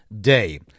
day